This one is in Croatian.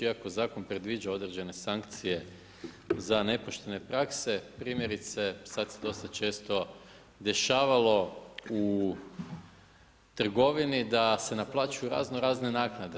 Iako zakon predviđa određene sankcije za nepoštene prakse, primjerice, sada se dosta često dešavalo u trgovini da se naplaćuju razno razne naknade.